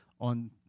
on